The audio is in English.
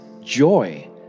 joy